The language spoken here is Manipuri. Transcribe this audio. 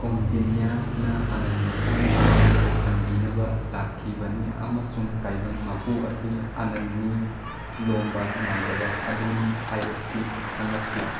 ꯀꯣꯟꯗꯤꯅꯤꯌꯥꯅ ꯑꯅꯟ ꯃꯁꯥꯃꯛ ꯃꯍꯥꯛꯄꯨ ꯀꯟꯕꯤꯅꯕ ꯂꯥꯛꯈꯤꯕꯅꯤ ꯑꯃꯁꯨꯡ ꯇꯥꯏꯕꯪ ꯃꯄꯨ ꯑꯁꯤ ꯑꯅꯟꯅꯤ ꯂꯣꯝꯕ ꯅꯥꯏꯗꯕ ꯑꯗꯨꯅꯤ ꯍꯥꯏꯕꯁꯤ ꯈꯪꯂꯛꯈꯤ